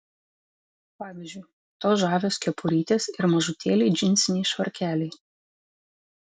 pavyzdžiui tos žavios kepurytės ir mažutėliai džinsiniai švarkeliai